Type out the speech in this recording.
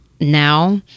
now